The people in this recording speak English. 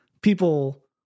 people